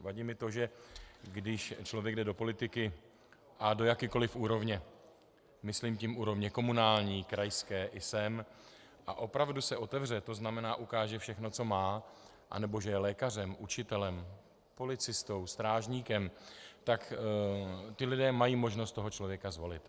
Vadí mi to, že když člověk jde do politiky a do jakékoliv úrovně, myslím tím úrovně komunální, krajské i sem, a opravdu se otevře, tzn. ukáže všechno, co má, anebo že je lékařem, učitelem, policistou, strážníkem, tak lidé mají možnost toho člověka zvolit.